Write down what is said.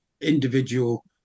individual